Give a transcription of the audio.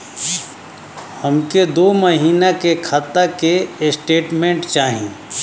हमके दो महीना के खाता के स्टेटमेंट चाही?